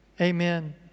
Amen